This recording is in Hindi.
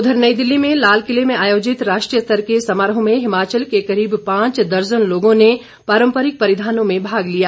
उघर नई दिल्ली में लालकिले में आयोजित राष्ट्रीय स्तर के समारोह में हिमाचल के करीब पांच दर्जन लोगों ने पारंपरिक परिधानों में भाग लिया